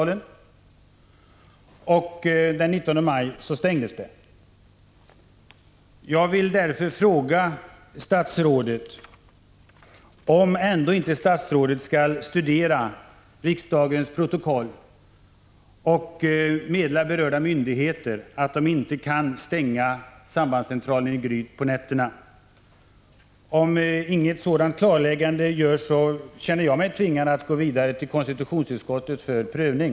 Den 19 maj stängdes också sambandscentralen nattetid. Jag vill fråga statsrådet om han ändå inte tycker att han borde studera riksdagens protokoll och meddela berörda myndigheter att de inte kan stänga sambandscentralen i Gryt på nätterna. Om inget klargörande lämnas från statsrådets sida, känner jag mig tvingad att gå vidare med frågan till konstitutionsutskottet för prövning.